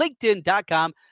LinkedIn.com